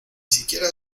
siquiera